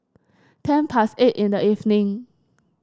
ten past eight in the evening